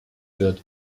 wird